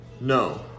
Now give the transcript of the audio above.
No